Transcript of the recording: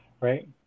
Right